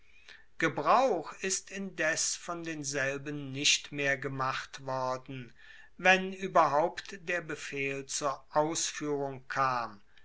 gebrauch ist indes von denselben nicht mehr gemacht worden wenn ueberhaupt der befehl zur ausfuehrung kam